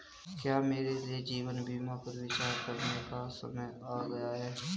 क्या मेरे लिए जीवन बीमा पर विचार करने का समय आ गया है?